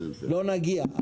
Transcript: לא נגיע.